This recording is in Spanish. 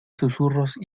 susurros